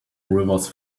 rivers